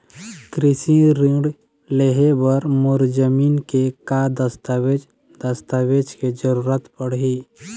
कृषि ऋण लेहे बर मोर जमीन के का दस्तावेज दस्तावेज के जरूरत पड़ही?